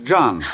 John